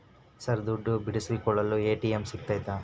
Sir ದುಡ್ಡು ಬಿಡಿಸಿಕೊಳ್ಳಲು ATM ಸಿಗುತ್ತಾ?